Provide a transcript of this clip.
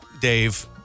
Dave